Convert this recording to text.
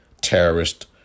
terrorist